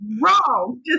wrong